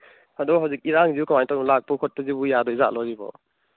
ꯑꯗꯣ ꯍꯧꯖꯤꯛ ꯏꯔꯥꯡꯁꯤꯕꯨ ꯀꯃꯥꯏ ꯇꯧꯕꯅꯣ ꯂꯥꯛꯄ ꯈꯣꯠꯄꯁꯤꯕꯨ ꯌꯥꯗꯣꯏꯖꯥꯠꯂꯣ ꯁꯤꯕꯣ